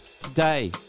Today